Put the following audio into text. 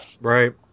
Right